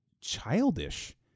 childish